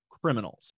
Criminals